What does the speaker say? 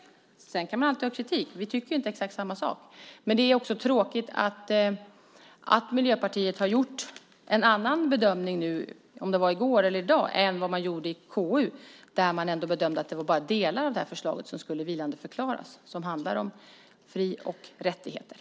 Man kan alltid ha kritik; vi tycker inte exakt samma sak. Men det är tråkigt att Miljöpartiet har gjort en annan bedömning nu - i går eller i dag - än vad man gjorde i konstitutionsutskottet där man ändå bedömde att det bara var de delar av förslaget som handlar om fri och rättigheter som skulle vilandeförklaras.